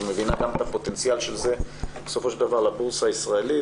ומבינה גם הפוטנציאל של זה בסופו של דבר לבורסה הישראלית,